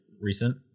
recent